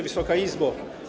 Wysoka Izbo!